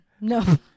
No